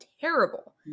terrible